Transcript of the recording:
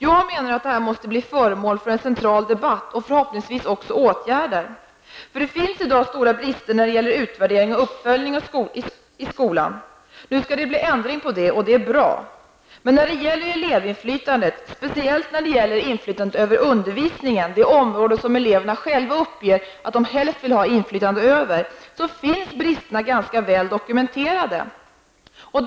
Jag menar att det här måste bli föremål för en central debatt och förhoppningsvis också för åtgärder. Det finns i dag stora brister när det gäller utvärdering och uppföljning av skolan. Nu skall det bli ändring på det, och det är bra. Men när det gäller elevinflytandet -- speciellt inflytandet över undervisningen, det område som eleverna själva uppger att de helst vill ha inflytande över -- finns bristerna ganska väl dokumenterade.